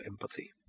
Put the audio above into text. empathy